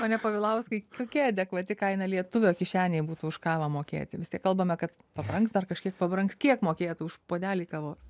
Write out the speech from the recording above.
pone povilauskai kokia adekvati kaina lietuvio kišenėj būtų už kavą mokėti vis tiek kalbame kad pabrangs dar kažkiek pabrangs kiek mokėt už puodelį kavos